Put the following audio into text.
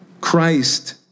Christ